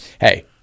hey